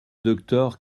docteur